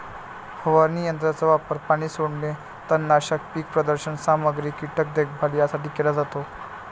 फवारणी यंत्राचा वापर पाणी सोडणे, तणनाशक, पीक प्रदर्शन सामग्री, कीटक देखभाल यासाठी केला जातो